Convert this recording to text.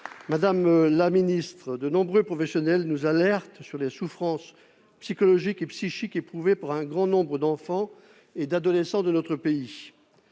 de l'autonomie. De nombreux professionnels nous alertent sur les souffrances psychologiques et psychiques éprouvées par un grand nombre d'enfants et d'adolescents dans notre pays.